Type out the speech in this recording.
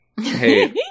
Hey